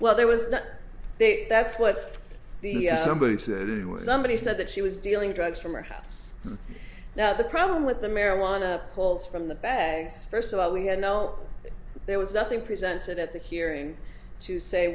well there was that that's what somebody said somebody said that she was dealing drugs from her house now the problem with the marijuana pulls from the bags first of all we had no there was nothing presented at the hearing to say